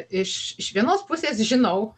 iš iš vienos pusės žinau